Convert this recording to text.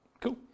Cool